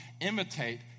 imitate